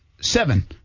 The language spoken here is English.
seven